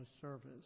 service